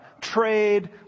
trade